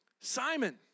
Simon